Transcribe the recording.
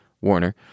Warner